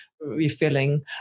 refilling